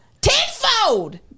tenfold